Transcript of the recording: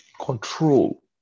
control